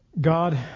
God